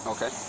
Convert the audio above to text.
Okay